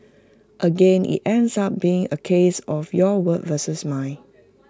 again IT ends up being A case of your word versus mine